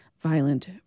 violent